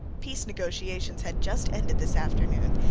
peace negotiations had just ended this afternoon,